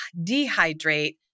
dehydrate